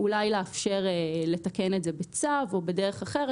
אולי לאפשר לתקן את זה בצו או בדרך אחרת.